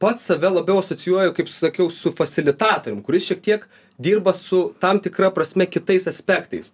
pats save labiau asocijuoju kaip sakiau su fasilitatorium kuris šiek tiek dirba su tam tikra prasme kitais aspektais